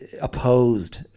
opposed